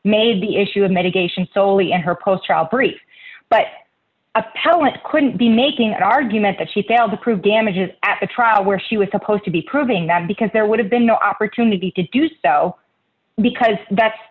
made the issue of mitigation solely in her post childfree but appellant couldn't be making that argument that she failed to prove damages at the trial where she was supposed to be proving that because there would have been no opportunity to do so because that's